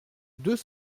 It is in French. deux